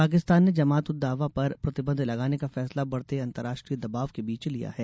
पाकिस्तान ने जमात उद दावा पर प्रतिबंध लगाने का फैसला बढ़ते अंतरराष्ट्रीय दबाव के बीच लिया है